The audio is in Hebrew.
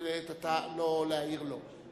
ולעת עתה לא להעיר לו.